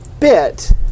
bit